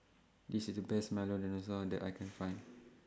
This IS The Best Milo Dinosaur that I Can Find